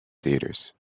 theaters